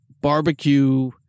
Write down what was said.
barbecue